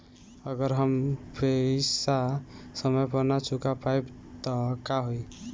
अगर हम पेईसा समय पर ना चुका पाईब त का होई?